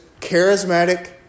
charismatic